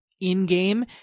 in-game